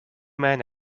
men